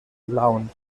lawn